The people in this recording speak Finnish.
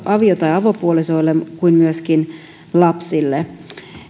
avio tai avopuolisoille kuin myöskin lapsille